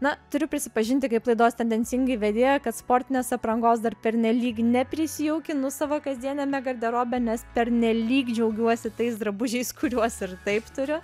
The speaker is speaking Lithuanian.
na turiu prisipažinti kaip laidos tendencingai vedėja kad sportinės aprangos dar pernelyg neprisijaukinu savo kasdieniame garderobe nes pernelyg džiaugiuosi tais drabužiais kuriuos ir taip turiu